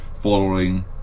following